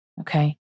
okay